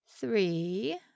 Three